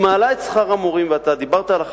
היא מעלה את שכר המורים ואתה דיברת על החשיבות,